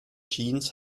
jeans